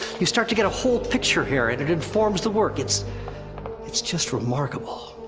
you start to get a whole picture here and it informs the work. it's it's just remarkable.